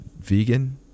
vegan